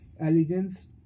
allegiance